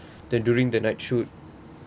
then during the night shoot